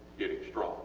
getting strong